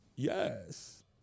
Yes